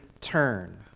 turn